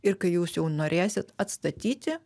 ir kai jūs jau norėsit atstatyti